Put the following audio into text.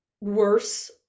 worse